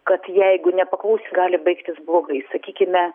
kad jeigu nepaklus gali baigtis blogai sakykime